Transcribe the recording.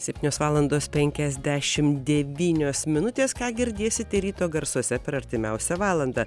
septynios valandos penkiasdešimt devynios minutės ką girdėsite ryto garsuose per artimiausią valandą